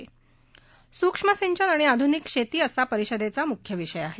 सूक्ष्म सिंचन आणि आधुनिक शेती असा या परिषदेचा मुख्य विषय आहे